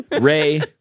Ray